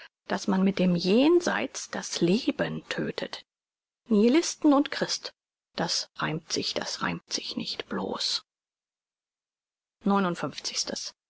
daß man mit dem jenseits das leben tödtet nihilist und christ das reimt sich das reimt sich nicht bloß